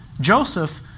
Joseph